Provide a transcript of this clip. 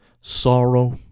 sorrow